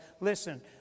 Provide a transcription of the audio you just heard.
listen